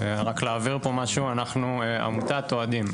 רק להבהיר משהו אנחנו עמותת אוהדים.